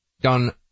done